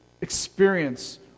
experience